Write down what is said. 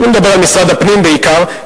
אני מדבר על משרד הפנים בעיקר,